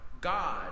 God